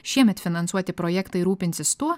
šiemet finansuoti projektai rūpinsis tuo